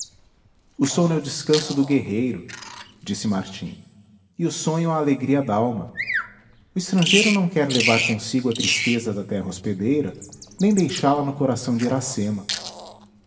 o sono é o descanso do guerreiro disse martim e o sonho a alegria dalma o estrangeiro não quer levar consigo a tristeza da terra hospedeira nem deixá-la no coração de iracema